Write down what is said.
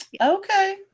Okay